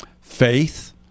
Faith